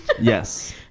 yes